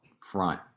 front